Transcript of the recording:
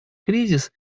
кризис